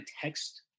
text